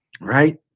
Right